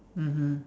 mmhmm